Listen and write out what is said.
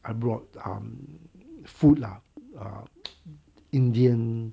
I brought um food lah um indian